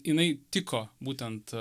jinai tiko būtent